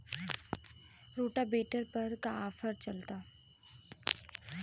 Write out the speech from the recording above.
Rotavator पर का offer चलता?